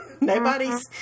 nobody's